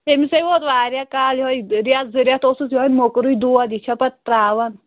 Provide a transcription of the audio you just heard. تٔمۍسٕے ووت واریا کال یِہَے رٮ۪تھ زٕ رٮ۪تھ اوسُس یِہَے مۄکرُے دود یہِ چھا پَتہٕ ترٛاوان